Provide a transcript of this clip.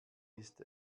ist